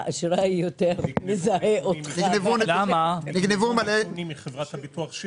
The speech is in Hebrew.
מאז נגנבו נתונים מחברת הביטוח שירביט,